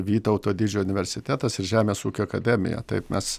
vytauto didžiojo universitetas ir žemės ūkio akademija taip mes